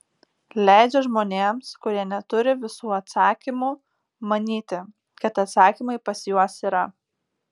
leidžia žmonėms kurie neturi visų atsakymų manyti kad atsakymai pas juos yra